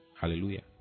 Hallelujah